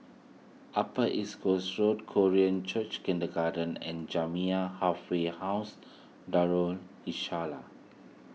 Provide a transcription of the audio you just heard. Upper East Coast Road Korean Church Kindergarten and Jamiyah Halfway House Darul Islah